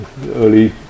early